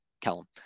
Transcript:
callum